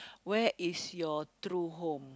where is your true home